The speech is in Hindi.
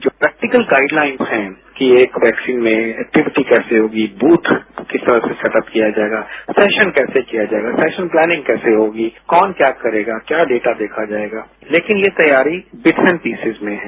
जो प्रेक्टिकल गाइडलाइन्स हैं कि एक वैक्सीन में एक्टिविटी कैसी होगीब्रथ किस तरह से सैटअप किया जाएगा फैशन कैसे किया जाएगा फैशन प्लानिंग कैसे होगी कौन क्या करेगा क्या डेटा देखा जाएगा लेकिन ये तैयारी डिफरेंट पीसेज में हैं